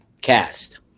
cast